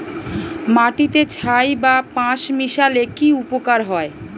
মাটিতে ছাই বা পাঁশ মিশালে কি উপকার হয়?